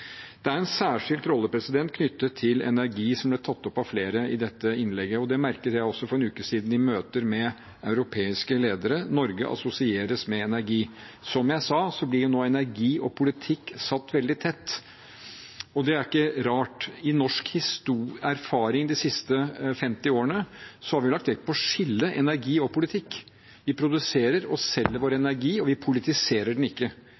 Det er en særskilt rolle knyttet til energi, som ble tatt opp i flere av innleggene, og det merket jeg også for en uke siden i møter med europeiske ledere. Norge assosieres med energi. Som jeg sa, blir nå energi og politikk knyttet veldig tett sammen, og det er ikke rart. I norsk erfaring de siste 50 årene har vi lagt vekt på å skille energi og politikk. Vi produserer og selger vår energi, og vi politiserer den ikke.